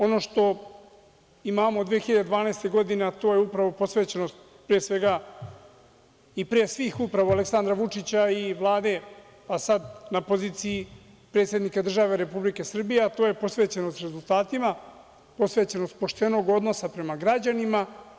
Ono što imamo od 2012. godine je upravo je posvećenost, pre svega i pre svih, upravo Aleksandra Vučića i Vlade, pa sad na poziciji predsednika države Republike Srbije, a to je posvećenost rezultatima, posvećenost poštenog odnosa prema građanima.